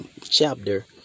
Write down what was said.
chapter